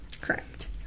Correct